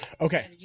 Okay